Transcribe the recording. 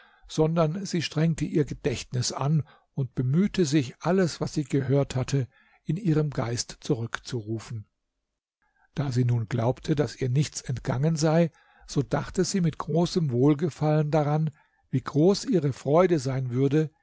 sondern sie strengte ihr gedächtnis an und bemühte sich alles was sie gehört hatte in ihren geist zurückzurufen da sie nun glaubte daß ihr nichts entgangen sei so dachte sie mit großem wohlgefallen daran wie groß ihre freude sein würde